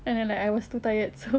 and then like I was too tired so